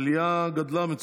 העלייה גדלה מצרפת.